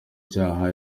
cyaha